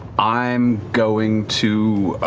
i'm going to